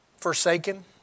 Forsaken